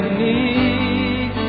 need